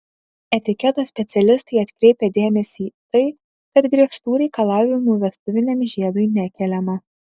etiketo specialistai atkreipia dėmesį tai kad griežtų reikalavimų vestuviniam žiedui nekeliama